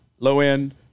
Low-end